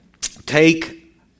Take